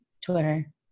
Twitter